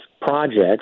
projects